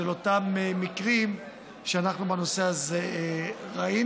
של אותם מקרים שאנחנו ראינו.